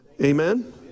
amen